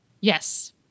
Yes